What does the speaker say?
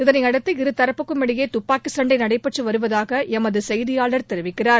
இதனையடுத்து இருதாப்புக்கும் இடையே துப்பாக்கிச்சண்டை நடைபெற்று வருவதாக எமது செய்தியாளர் தெரிவிக்கிறார்